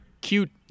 cute